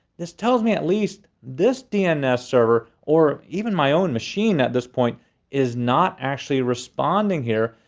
this tells me at least this dns server or even my own machine at this point is not actually responding here.